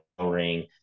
ring